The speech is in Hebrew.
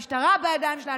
המשטרה בידיים שלה,